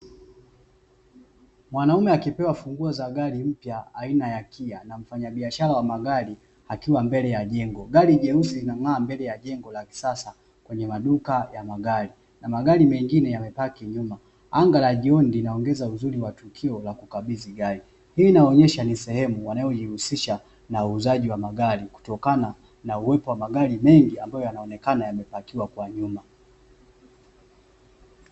Duka moja la maziwa linaloonekana sehemu ya nje lilionesha jokofu la kisanii lenye maandishi ya kuvutia pamoja na alama za kibiashara zinazotoa na na maziwa kama vile siagi mtindi na jibini